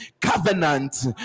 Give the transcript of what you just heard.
covenant